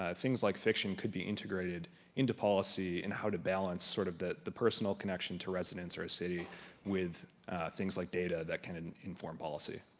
ah things like fiction could be integrated into policy and how to balance sort of the personal connection to residents or a city with things like data that can inform policy.